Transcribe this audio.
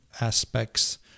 aspects